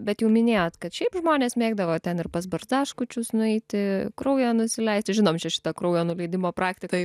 bet jau minėjot kad šiaip žmonės mėgdavo ten ir pas barzdaskučius nueiti kraują nusileisti žinom čia šitą kraujo nuleidimo praktiką